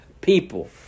people